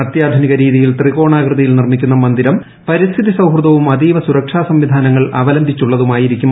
അത്യാധുനിക രീതിയിൽ ത്രികോണാകൃതിയിൽ നിർമ്മിക്കുന്ന മന്ദിരം പരിസ്ഥിതി സൌഹൃദവും അതീവ സുരക്ഷാ സംവിധാനങ്ങൾ അവലംബിച്ചുള്ളതുമായിരിക്കും